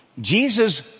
Jesus